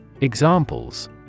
Examples